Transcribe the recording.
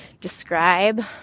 describe